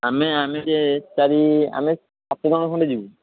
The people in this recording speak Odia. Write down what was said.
ଆମେ ଆମେ ସେ ଚାରି ଆମେ ସାତଜଣ ଖଣ୍ଡେ ଯିବୁ